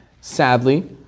sadly